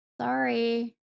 Sorry